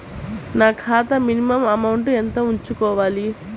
నా ఖాతా minimum amount ఎంత ఉంచుకోవాలి?